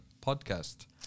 podcast